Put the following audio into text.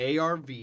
ARV